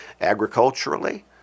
agriculturally